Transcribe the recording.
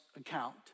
account